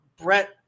Brett